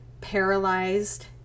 paralyzed